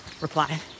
reply